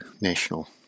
national